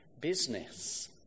business